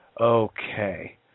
Okay